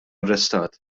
arrestat